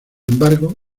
embargo